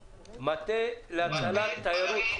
בבקשה, מטה להצלת תיירות חוץ.